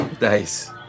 Nice